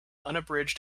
unabridged